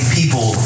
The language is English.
people